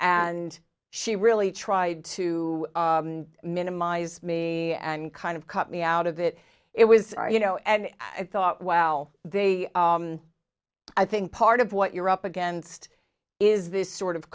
and she really tried to minimize me and kind of cut me out of that it was you know and i thought wow they i think part of what you're up against is this sort of